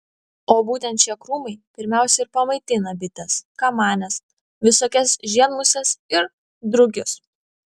o būtent šie krūmai pirmiausia ir pamaitina bites kamanes visokias žiedmuses ir drugius